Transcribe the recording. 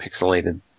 pixelated